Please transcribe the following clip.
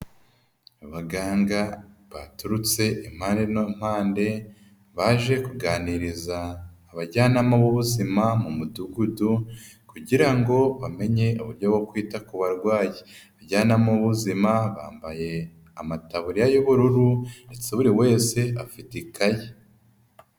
Abaganga baturutse impande n'impande baje kuganiriza abajyanama b'ubuzima mu mudugudu kugira ngo bamenye uburyo bwo kwita ku barwayi, abajyanama b'ubuzima bambaye amataburiya y'ubururu ndetse buri wese afite ikayi.